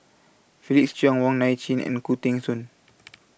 Felix Cheong Wong Nai Chin and Khoo Teng Soon